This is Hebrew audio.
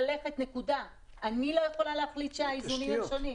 אני לא יכולה להחליט שהאיזונים הם שונים.